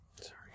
Sorry